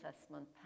assessment